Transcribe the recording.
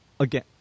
Again